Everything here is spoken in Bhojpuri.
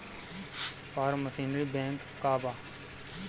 फार्म मशीनरी बैंक का बा?